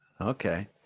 Okay